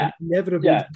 inevitably